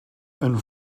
een